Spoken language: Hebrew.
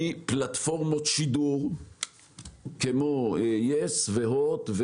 מורכב מפלטפורמות שידור כמו יס והוט,